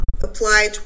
applied